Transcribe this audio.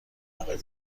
احمق